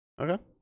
Okay